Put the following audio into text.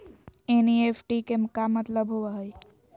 NEFT के का मतलव होव हई?